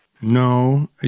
no